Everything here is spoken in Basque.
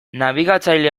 nabigatzaile